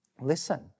listen